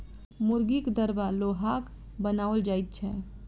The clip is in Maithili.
मुर्गीक दरबा लोहाक बनाओल जाइत छै